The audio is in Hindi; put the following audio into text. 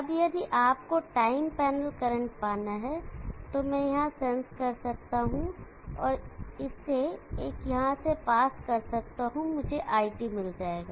अब यदि आपको टाइम पैनल करंट पाना है तो मैं यहां सेंस कर सकता हूं और इसे एकएवरेजर से पास कर सकता हूं और मुझे iT मिल जाएगा